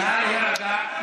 נא להירגע.